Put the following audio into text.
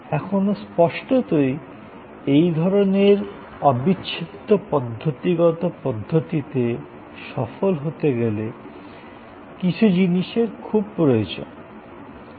এখন স্পষ্টতই এই ধরণের অবিচ্ছেদ্য পদ্ধতিগত পদ্ধতিতে সফল হতে গেলে কিছু জিনিস খুব প্রয়োজনীয়